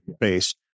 based